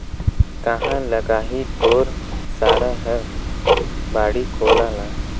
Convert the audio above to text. काँहा लगाही तोर सारा हर बाड़ी कोला ल